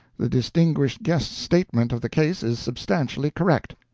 the distinguished guest's statement of the case is substantially correct.